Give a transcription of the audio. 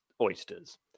oysters